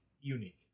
unique